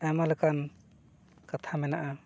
ᱟᱭᱢᱟ ᱞᱮᱠᱟᱱ ᱠᱟᱛᱷᱟ ᱢᱮᱱᱟᱜᱼᱟ